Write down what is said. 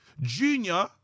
Junior